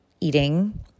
eating